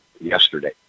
yesterday